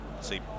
see